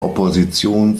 opposition